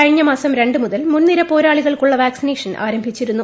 കഴിഞ്ഞമാസം രണ്ട് മുതൽ മുൻനിര പോരാളികൾക്കുള്ള വാക്സിനേഷൻ ആരംഭിച്ചിരുന്നു